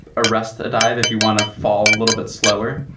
arrest a dive if you want to fall a little bit slower.